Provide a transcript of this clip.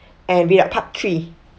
and we are part three